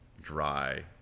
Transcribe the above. dry